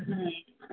ہاں